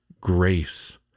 grace